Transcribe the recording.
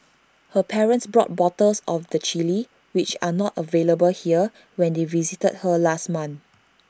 her parents brought bottles of the Chilli which are not available here when they visited her last month